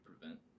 prevent